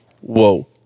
whoa